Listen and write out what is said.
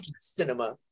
cinema